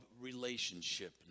relationship